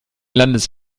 landes